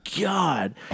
God